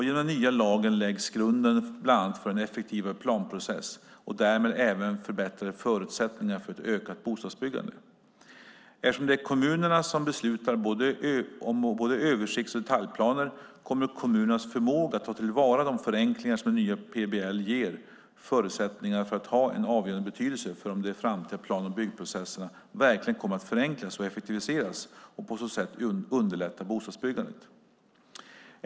Genom den nya lagen läggs grunden bland annat för en effektivare planprocess och därmed även förbättrade förutsättningar för ett ökat bostadsbyggande. Eftersom det är kommunerna som beslutar om både översikts och detaljplaner kommer kommunernas förmåga att ta till vara de förenklingar som den nya PBL ger förutsättningar för att ha en avgörande betydelse för om de framtida plan och byggprocesserna verkligen kommer att förenklas och effektiviseras och på så sätt underlätta bostadsbyggandet.